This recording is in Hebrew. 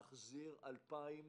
להחזיר 2,000